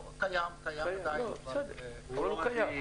שולי.